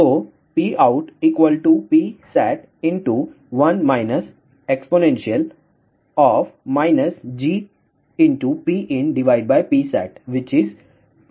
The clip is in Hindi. तो PoutPsat1 exp GPinPsat → PoutPsat1 1 GPinPsat